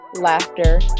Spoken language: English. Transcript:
laughter